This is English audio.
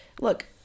look